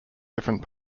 different